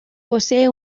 posee